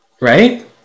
Right